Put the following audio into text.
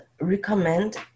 recommend